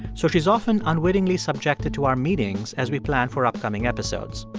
so she's often unwittingly subjected to our meetings as we plan for upcoming episodes.